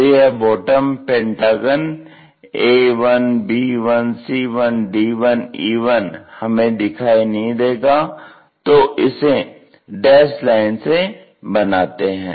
तो यह bottom pentagon A1B1C1D1E1 हमें दिखाई नहीं देगा तो इसे डैस्ड लाइन से बनाते हैं